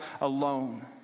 alone